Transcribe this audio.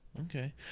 Okay